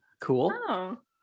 Cool